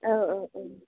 औ औ औ